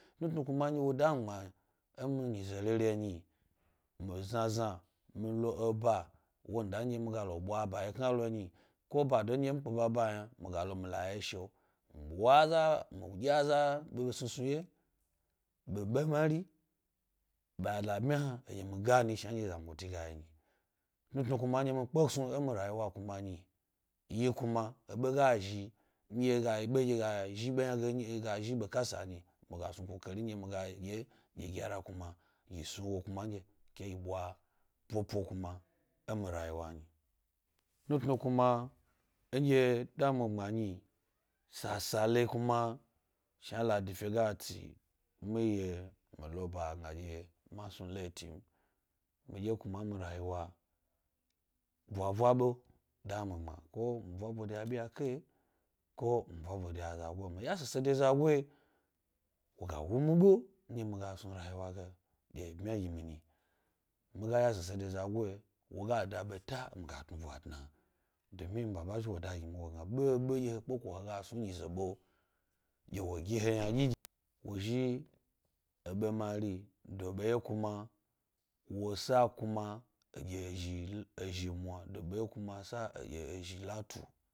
Tnutnu kuma nɗye wo da mi gbma e mi nyize rere nyi, mi zna zna mi lo eba wanda mi ga lo ɓwa bawye kna lo nyi. Ko bado nɗye mi pke baba n yna, miga lo mi yeshi’o ɓe-ɓe mari, ɓe alabmiya hna mi gani shnanɗye zangoti rayiwa yi yna. Tnutnu kuma nɗye ga yi be ynage nyi, ndye da mi gbma nyi, sasale kuma shnandye ladife ga tsimiye mi lo baba m. Miɗye kuma e mi rayiwa ɓwaɓwa ɓe da mi gbma ko mi ɓwaɓo de abyake, ko mi ɓwaɓo de azago’ mi yashise de zago. Wo ga wu mi ɓe shna mi ga snu rayiwa gib mya ge yna. Domi nmama zhi wo da gi mi wo gna ɓeɓe ɗye he pke ko he ga snu enyize be, wo gi he ynaɗyiɗyi woo zhi ebe mari. doɓeye kuma wo sa kuma eɗy ezhi nu, ezhi mwa, dobeye kuma sa edye ezhi latu.